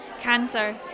cancer